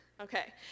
Okay